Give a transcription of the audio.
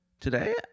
Today